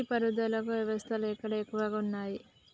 నీటి పారుదల వ్యవస్థలు ఎక్కడ ఎక్కువగా ఉన్నాయి?